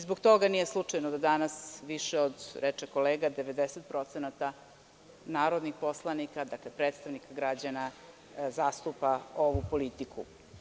Zbog toga nije slučajno da nas više od, reče kolega, 90% narodnih poslanika, predstavnika građana, zastupa ovu politiku.